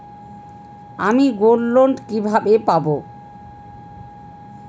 আমি গোল্ডলোন কিভাবে পাব?